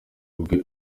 rwe